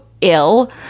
ill